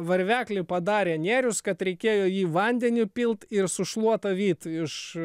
varvekli padarė nėrius kad reikėjo jį vandeniu pilt ir su šluota vyt iš